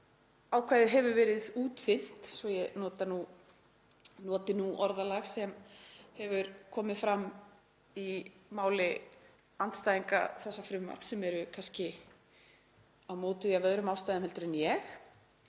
Ákvæðið hefur verið útþynnt, svo ég noti nú orðalag sem hefur komið fram í máli andstæðinga þessa frumvarps sem eru kannski á móti því af öðrum ástæðum en ég,